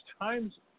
times